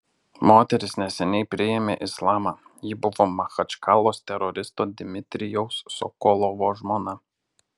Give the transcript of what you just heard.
moteris neseniai priėmė islamą ji buvo machačkalos teroristo dmitrijaus sokolovo žmona